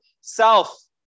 self